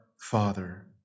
Father